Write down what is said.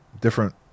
different